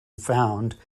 found